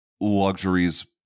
luxuries